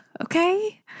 okay